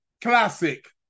Classic